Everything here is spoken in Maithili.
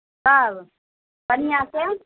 सब बन्हिआँसँ